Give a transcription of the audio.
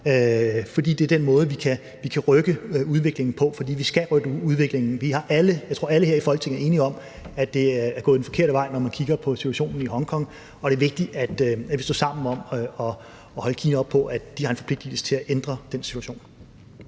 Det er den måde, vi kan rykke udviklingen på, for vi skal rykke udviklingen. Jeg tror, alle her i Folketinget er enige om, at det er gået den forkerte vej, når man kigger på situationen i Hongkong, og det er vigtigt, at vi står sammen om at holde Kina op på, at de har en forpligtigelse til at ændre den situation.